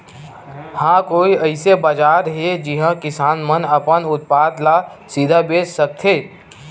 का कोई अइसे बाजार हे जिहां किसान मन अपन उत्पादन ला सीधा बेच सकथे?